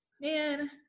Man